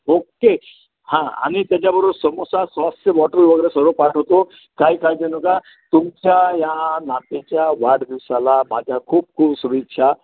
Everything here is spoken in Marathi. ओक्के हां आणि त्याच्याबरोबर समोसा सॉसचे बॉटल वगैरे सर्व पाठवतो काय काळजी करू नका तुमच्या या नातीच्या वाढदिवसाला माझ्या खूप खूप शुभेच्छा